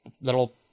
little